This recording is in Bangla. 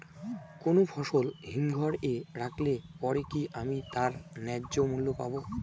কোনো ফসল হিমঘর এ রাখলে পরে কি আমি তার ন্যায্য মূল্য পাব?